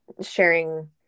sharing